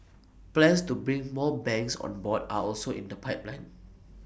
plans to bring more banks on board are also in the pipeline